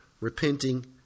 repenting